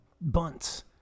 bunts